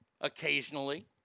occasionally